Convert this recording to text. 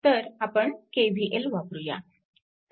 तर आपण KVL वापरूया